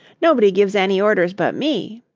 nobody gives any orders but me,